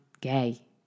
gay